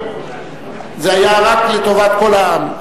זה היה רק לטובת כל העם.